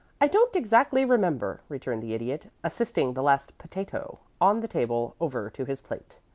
i don't exactly remember, returned the idiot, assisting the last potato on the table over to his plate.